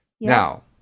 Now